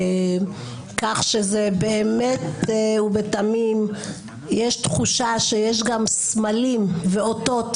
כך שבאמת ובתמים יש תחושה שיש גם סמלים ואותות,